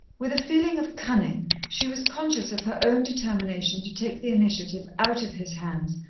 with a feeling of cunning, she was conscious of her own determination to take the initiative out of his hands,